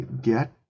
get